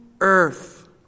earth